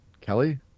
Kelly